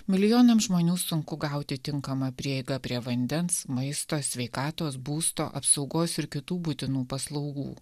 milijonams žmonių sunku gauti tinkamą prieigą prie vandens maisto sveikatos būsto apsaugos ir kitų būtinų paslaugų